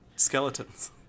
Skeletons